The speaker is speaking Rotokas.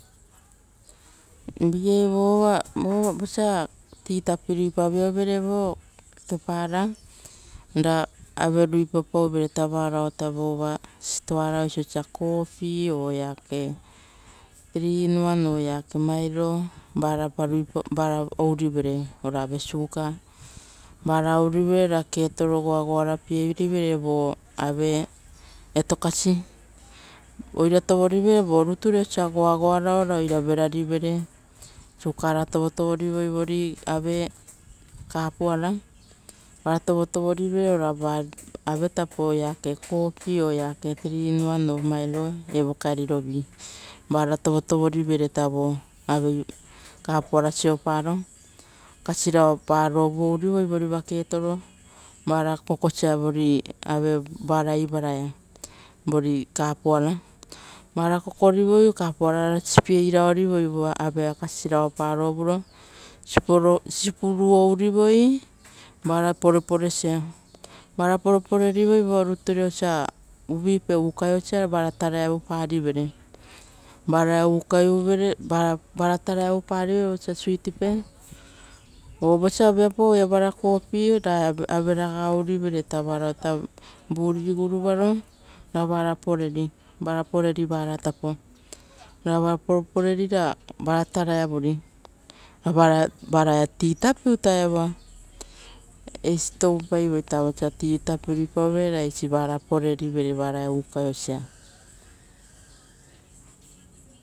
Vigei vosa ti tapi ruipa vio vere vokepa. Ra oararupa ruipapa uvere vova sitoa oisio osa ave. Kopi vopeva ora kataia milo vairo, vara ourivere, ora ave suka iora ketoro oagoa rapie rivere. Vo eto kasi vore osa goagoarape re ra oira verarivere. Suka tovotovo rivere kapuara ia avetapo vope va ora katai. Ora vaero, evo kaerirovu ia va tovorivere vo kapuarasoparo, kasirao pa rovu ourive re va kokosa vo kapuaraia, ra va kokosa vo kapuaraia, ra agasipere ra sipuru ourovoi vara poreporesa vore uva vara sovorivere vosa usiopape, ra ukaio uvere. O vosa viapau kopi ra vuri guruva ouri ra vara poreri, ra vara togoviri ra vara tapiri, eisi toupaiveira.